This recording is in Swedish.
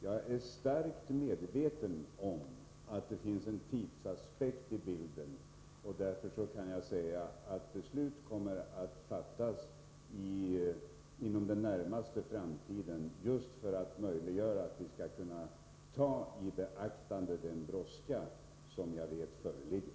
Jag är starkt medveten om att det finns en tidsaspekt med i bilden. Beslut kommer därför att fattas inom den närmaste tiden — just med tanke på den brådska som föreligger.